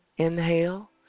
Inhale